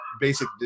basic